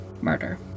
murder